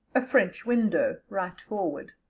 a french window, right forward